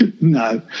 No